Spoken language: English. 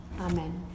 Amen